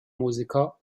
musiker